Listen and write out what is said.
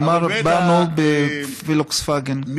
כלומר באנו בפולקסווגן.) זאת אומרת,